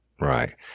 Right